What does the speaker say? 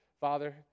Father